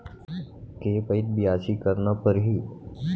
के पइत बियासी करना परहि?